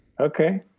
Okay